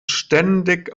ständig